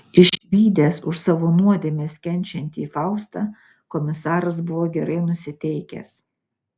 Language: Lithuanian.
išvydęs už savo nuodėmes kenčiantį faustą komisaras buvo gerai nusiteikęs